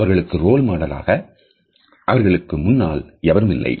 அவர்களுக்கு ரோல் மாடலாக அவர்களுக்கு முன்னால் எவருமில்லை